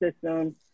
system